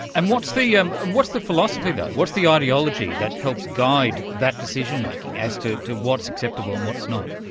and what's the um and what's the philosophy though, what's the ideology that helps guide that decision-making as to to what's acceptable and what's not?